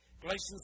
Galatians